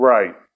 Right